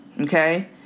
Okay